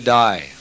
die